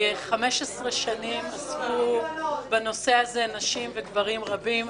15 שנים עסקו בנושא הזה נשים וגברים רבים.